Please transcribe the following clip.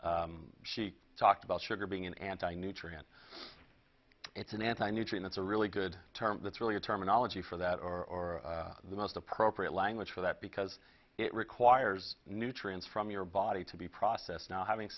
she talked about sugar being an anti nutrient it's an anti nutrient it's a really good term that's really a terminology for that or the most appropriate language for that because it requires nutrients from your body to be processed now having